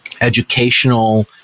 educational